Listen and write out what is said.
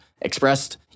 expressed